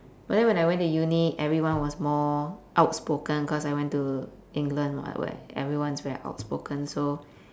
but then when I went to uni everyone was more outspoken cause I went to england [what] where everyone's very outspoken so